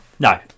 No